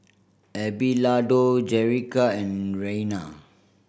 Abelardo Jerrica and Reina